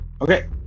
Okay